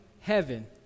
heaven